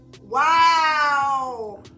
wow